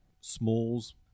Smalls